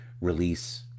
release